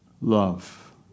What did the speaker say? Love